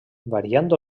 variant